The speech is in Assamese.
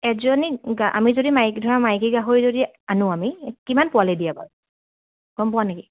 এজনী আমি যদি মাইকী ধৰা মাইকী গাহৰি যদি আনো আমি কিমান পোৱালি দিয়ে বাৰু গম পোৱা নেকি